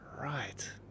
Right